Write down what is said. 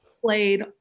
played